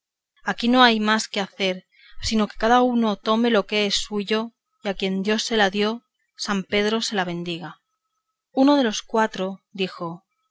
aquí no hay más que hacer sino que cada uno tome lo que es suyo y a quien dios se la dio san pedro se la bendiga uno de los cuatro dijo